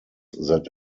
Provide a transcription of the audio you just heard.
that